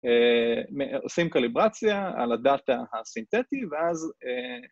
עושים קליברציה על הדאטה הסינתטי ואז...